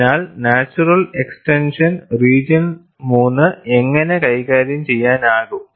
അതിനാൽ natural extension region 3 എങ്ങനെ കൈകാര്യം ചെയ്യാനാകും